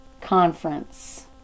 conference